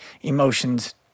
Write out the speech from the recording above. emotions